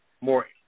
More